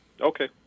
Okay